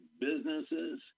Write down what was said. businesses